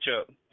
up